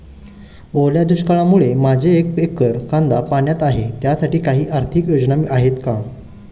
ओल्या दुष्काळामुळे माझे एक एकर कांदा पाण्यात आहे त्यासाठी काही आर्थिक योजना आहेत का?